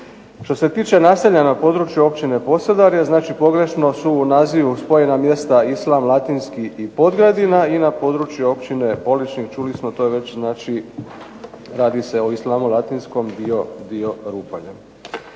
Što se tiče naseljenih područja Općine Posedarje znači pogrešno su u nazivu spojena mjesta Islam Latinski i POdgradina i na području Općine Poličnik čuli smo to je već znači radi se o Islamu Latinskom i o dijelu Rupalja.